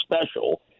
special